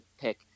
pick